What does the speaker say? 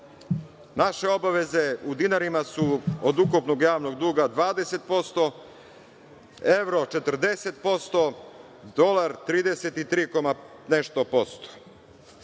naše obaveze u dinarima su od ukupnog javnog duga 20%, evro od 40%, dolar 33 koma nešto posto.